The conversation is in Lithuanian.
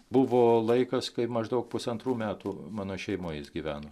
buvo laikas kai maždaug pusantrų metų mano šeimoj jis gyveno